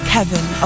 Kevin